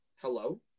Hello